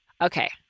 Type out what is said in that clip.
Okay